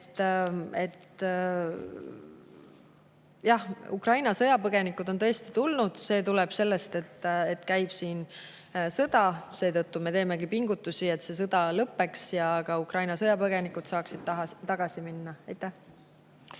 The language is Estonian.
Ukraina sõjapõgenikud on tõesti tulnud, see tuleb sellest, et käib sõda. Seetõttu me teemegi pingutusi, et see sõda lõppeks ja Ukraina sõjapõgenikud saaksid tagasi minna. Ei